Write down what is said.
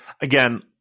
Again